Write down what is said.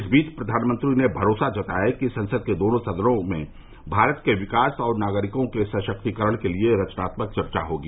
इस बीच प्रधानमंत्री ने भरोसा जताया कि संसद के दोनों सदनों में भारत के विकास और नागरिकों के सशक्तिकरण के लिए रचनात्मक चर्चा होगी